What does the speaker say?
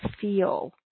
feel